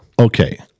Okay